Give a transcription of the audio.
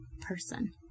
person